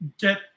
get